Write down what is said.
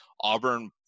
Auburn